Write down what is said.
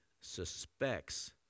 suspects